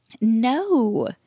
No